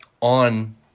on